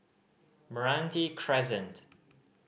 Meranti Crescent